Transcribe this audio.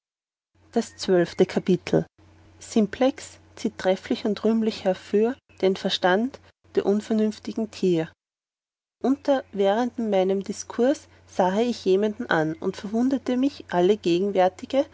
das zwölfte kapitel simplex zieht trefflich und rühmlich herfür den verstand der unvernünftigen tier unter währendem meinem diskurs sahe mich jedermann an und verwunderten sich alle gegenwärtige